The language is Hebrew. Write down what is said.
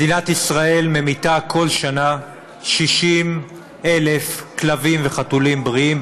מדינת ישראל ממיתה בכל שנה 60,000 כלבים וחתולים בריאים,